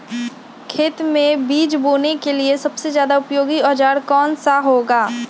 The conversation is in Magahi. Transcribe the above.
खेत मै बीज बोने के लिए सबसे ज्यादा उपयोगी औजार कौन सा होगा?